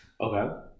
okay